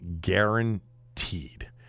guaranteed